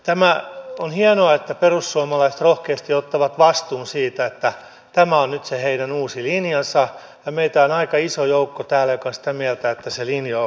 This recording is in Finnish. tämä on hienoa että perussuomalaiset rohkeasti ottavat vastuun siitä että tämä on nyt se heidän uusi linjansa ja meitä on täällä aika iso joukko joka on sitä mieltä että se linja on huono